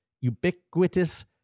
ubiquitous